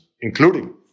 including